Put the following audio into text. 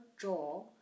jaw